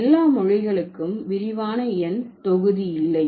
எல்லா மொழிகளுக்கும் விரிவான எண் தொகுதி இல்லை